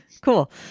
Cool